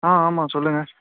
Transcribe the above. ஆ ஆமாம் சொல்லுங்கள்